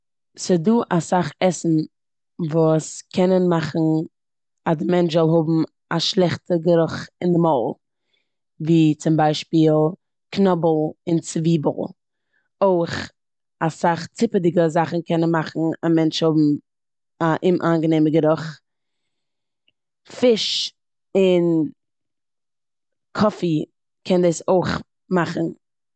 ס'דא אסאך עסן וואס קענען מאכן אז די מענטש זאל האבן א שלעכטע גערוך אין די מויל ווי צום ביישפיל קנאבל און צוויבל. אויך אסאך ציפעדיגע זאכן קענען מאכן א מענטש האבן א אומאנגענעמע גערוך. פיש און קאפי קען דאס אויך מאכן.